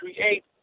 create